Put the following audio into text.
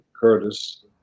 Curtis